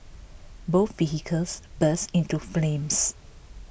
both vehicles burst into flames